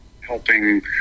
helping